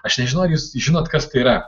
aš nežinau ar jūs žinot kas tai yra